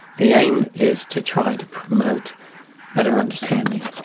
the aim is to try to promote better understanding.